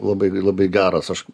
labai labai geras aš